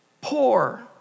poor